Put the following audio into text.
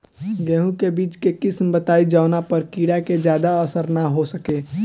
गेहूं के बीज के किस्म बताई जवना पर कीड़ा के ज्यादा असर न हो सके?